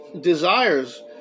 desires